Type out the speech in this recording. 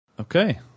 Okay